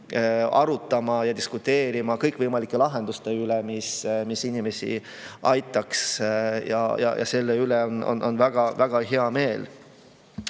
arutama ja diskuteerima kõikvõimalike lahenduste üle, mis inimesi aitaks. Selle üle on väga-väga hea meel.